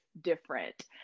different